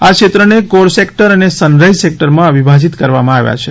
આ ક્ષેત્રોને core sector અને સનરાઇઝ સેક્ટરમાં વિભાજિત કરવામાં આવ્યા છે